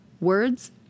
words